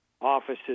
offices